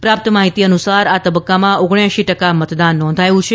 પ્રાપ્ત માહિતી અનુસાર આ તબક્કામાં ઓગણએશી ટકા મતદાન નોંધાયું છે